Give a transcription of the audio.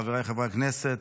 חבריי חברי הכנסת,